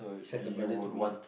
he's like a brother to me ah